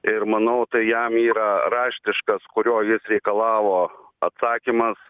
ir manau tai jam yra raštiškas kurio jis reikalavo atsakymas